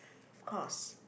of course